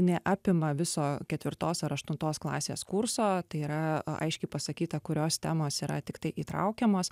neapima viso ketvirtos ar aštuntos klasės kurso tai yra aiškiai pasakyta kurios temos yra tiktai įtraukiamos